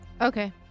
Okay